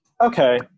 okay